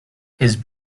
his